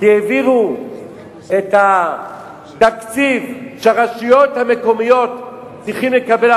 כי העבירו את התקציב שהרשויות המקומיות צריכות לקבל,